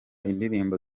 indirimbo